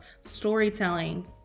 storytelling